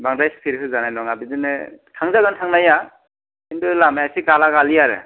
बांद्राय स्पिड होजानाय नंङा बिदिनो थांजागोन थांनाया खिन्थु लामाया एसे गाला गालि आरो